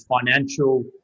financial